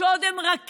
כשהם עוד רכים,